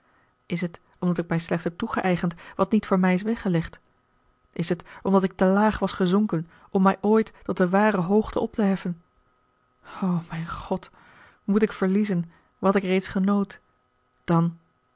is het omdat ik mij slechts heb toegeëigend wat niet voor mij is weggelegd is het omdat ik te laag was gezonken om mij ooit tot de ware hoogte op te heffen o mijn god moet ik verliezen wàt ik reeds genoot dan